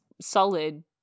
solid